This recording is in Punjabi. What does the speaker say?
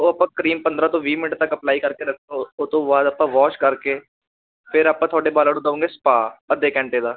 ਉਹ ਆਪਾਂ ਕਰੀਮ ਪੰਦਰਾਂ ਤੋਂ ਵੀਹ ਮਿੰਟ ਤੱਕ ਅਪਲਾਈ ਕਰਕੇ ਰੱਖਣਾ ਉਹ ਤੋਂ ਬਾਅਦ ਵੋਸ਼ ਕਰਕੇ ਫਿਰ ਆਪਾਂ ਤੁਹਾਡੇ ਵਾਲਾਂ ਨੂੰ ਦਉਂਗੇ ਸਪਾ ਅੱਧੇ ਘੰਟੇ ਦਾ